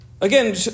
Again